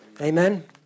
Amen